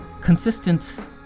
consistent